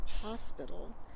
hospital